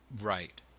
Right